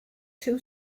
two